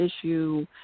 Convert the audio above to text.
issue